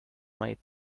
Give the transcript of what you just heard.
might